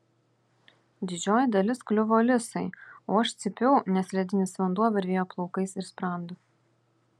didžioji dalis kliuvo lisai o aš cypiau nes ledinis vanduo varvėjo plaukais ir sprandu